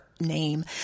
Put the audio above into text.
name